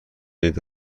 ایده